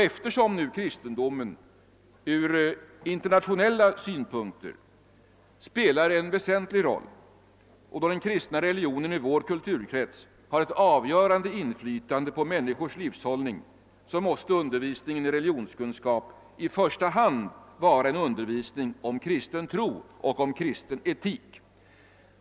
Eftersom kristendomen från internatio nella synpunkter spelar en väsentlig roll, och då den kristna religionen i vår kulturkrets har ett avgörande inflytande på människors livshållning, måste undervisningen . i religionskunskap i första hand vara en undervisning om kristen tro och om kristen etik.